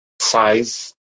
size